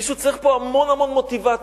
מישהו צריך פה המון-המון מוטיבציה,